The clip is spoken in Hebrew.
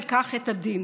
ואז, כאשר הגעתי למשרד,